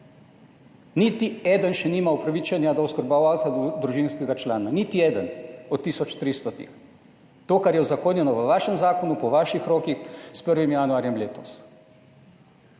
Niti eden še nima upravičenja do oskrbovalca družinskega člana, niti eden od tisoč 300 teh, to kar je uzakonjeno v vašem zakonu, po vaših rokih s 1. januarjem letos.